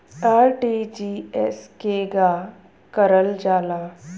RTGS केगा करलऽ जाला?